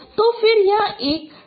तो फिर यह एक ट्रीनरी लॉजिक है